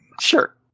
Sure